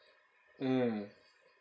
mm